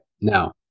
now